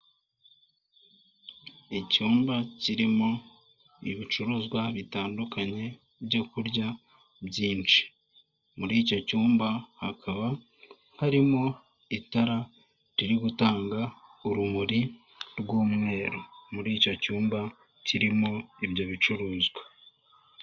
Icyumba kirimo ibicuruzwa bitandukanye byo kurya byinshi, muri icyo cyumba hakaba harimo itara riri gutanga urumuri rw'umweru, muri icyo cyumba kirimo ibyo bicuruzwa.